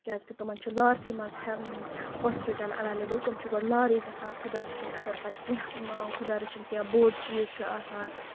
کیازِ کہِ تِمَن چھُ لارسٕے منٛز ہیم ہوسپِٹل اویلیبل تِم چھِ گۄڈٕ لارٕے گژھان خدا رٔچھٕنۍ اَگر پَتہٕ کیٚنٛہہ خدا رٔچھٕنۍ کیٚنہہ بوٚڑ چیٖز چھُ آسان تیٚلہِ چھ